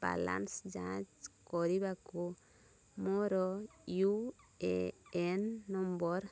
balance ଯାଞ୍ଚ୍ କରିବାକୁ ମୋର ୟୁ ଏ ଏନ୍ ନମ୍ବର୍